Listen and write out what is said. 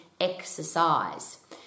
exercise